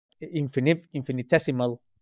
infinitesimal